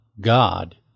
God